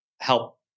help